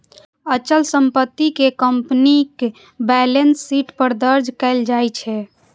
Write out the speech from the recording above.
अचल संपत्ति कें कंपनीक बैलेंस शीट पर दर्ज कैल जाइ छै